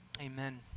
Amen